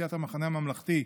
סיעת המחנה הממלכתי,